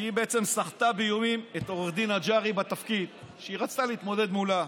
שהיא בעצם סחטה באיומים את עו"ד נג'רי בתפקיד כשהיא רצתה להתמודד מולה.